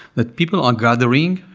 that people are gathering,